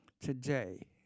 Today